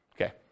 Okay